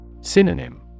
Synonym